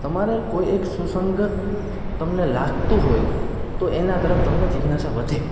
તમારે કોઈ એક સુસંગત તમને લાગતું હોય તો એના તરફ તમને જિજ્ઞાસા વધે